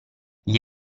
gli